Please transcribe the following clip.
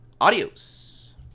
Adios